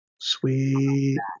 Sweet